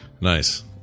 Nice